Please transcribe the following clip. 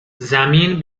زمین